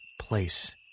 place